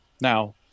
Now